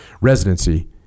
residency